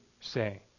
say